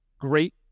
great